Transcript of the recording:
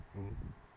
mm